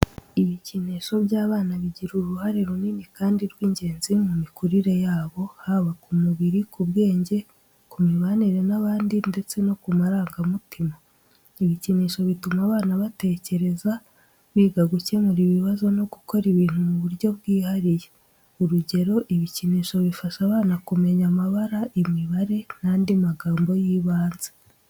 ibikinisho by’abana bigira uruhare runini kandi rw’ingenzi mu mikurire yabo, haba ku mubiri, ku bwenge, ku mibanire n’abandi ndetse no ku marangamutima. Ibikinisho bituma abana batekereza, biga gukemura ibibazo no gukora ibintu mu buryo bwihariye. Urugero, ibikinisho bifasha abana kumenya amabara, imibare, n’andi magambo y’ibanze.